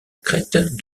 crête